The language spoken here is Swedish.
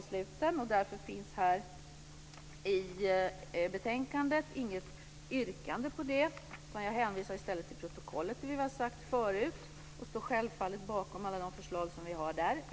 Därför finns inget yrkande på detta i betänkandet. Jag hänvisar i stället till protokollet och till det som vi har sagt förut och står självfallet bakom alla de förslag vi har lagt fram.